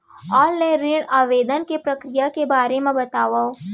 Online ऋण आवेदन के प्रक्रिया के बारे म बतावव?